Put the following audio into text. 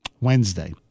Wednesday